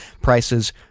prices